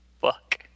Fuck